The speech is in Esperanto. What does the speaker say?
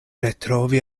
retrovi